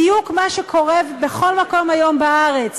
בדיוק מה שקורה בכל מקום היום בארץ,